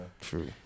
True